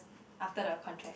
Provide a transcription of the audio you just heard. after the contract